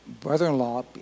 brother-in-law